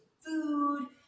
food